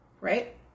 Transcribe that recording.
Right